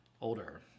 Older